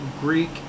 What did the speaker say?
Greek